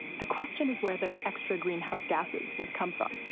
the question is where those extra greenhouse gases would come from.